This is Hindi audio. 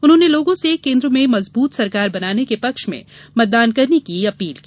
उन्होंने लोगों से केन्द्र में मजबूत सरकार बनाने के पक्ष में मतदान करने की अपील की